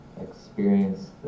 Experience